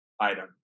item